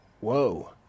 Whoa